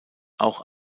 auch